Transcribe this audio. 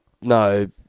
No